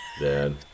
dad